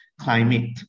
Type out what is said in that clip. climate